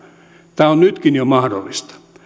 tämä on nytkin jo mahdollista